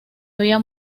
había